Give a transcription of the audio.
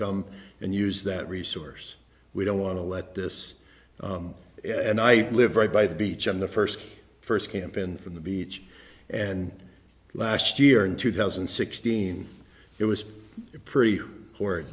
come and use that resource we don't want to let this and i live right by the beach on the first first camp and from the beach and last year in two thousand and sixteen it was pretty